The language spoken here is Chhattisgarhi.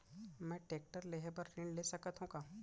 मैं टेकटर लेहे बर ऋण ले सकत हो का?